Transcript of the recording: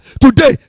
Today